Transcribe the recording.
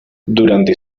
durante